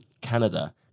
Canada